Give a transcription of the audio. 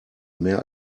mehr